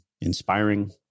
inspiring